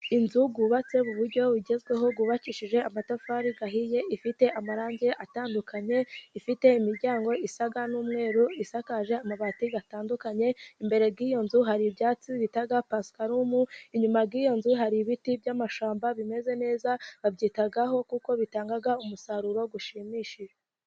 Inzu yubatse mu buryo bugezweho yubakishije amatafari ahiye, ifite amarangi atandukanye, ifite imiryango isa n'umweru, isakaje amabati atandukanye. Imbere yiyo nzu hari ibyatsi bitaga pasiparume, inyuma yoyo nzu hari ibiti by'amashamba bimeze neza, babyitaho kuko bitanga umusaruro ushimishije.